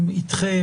איתכם,